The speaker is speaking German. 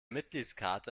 mitgliedskarte